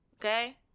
okay